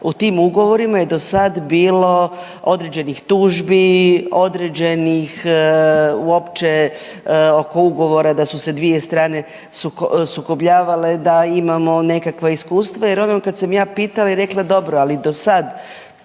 u tim ugovorima je do sad bilo određenih tužbi, određenih uopće oko ugovora da su se dvije strane sukobljavale, da imamo nekakva iskustva jer ono kad sam ja pitala i rekla dobro, ali do sad